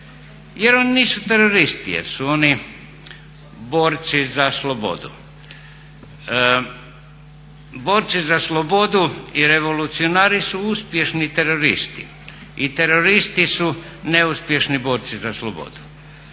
jer oni nisu teroristi, jer su oni borci za slobodu. Borci za slobodu i revolucionari su uspješni teroristi i teroristi su neuspješni borci za slobodu.